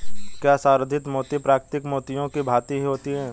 क्या संवर्धित मोती प्राकृतिक मोतियों की भांति ही होता है?